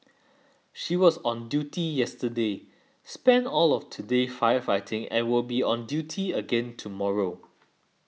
she was on duty yesterday spent all of today firefighting and will be on duty again tomorrow